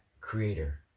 creator